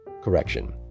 Correction